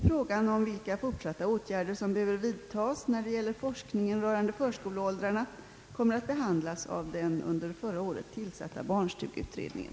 Frågan om vilka fortsatta åtgärder som behöver vidtas när det gäller forskningen rörande förskoleåldrarna kommer att behandlas av den under förra året tillsatta barnstugeutredningen.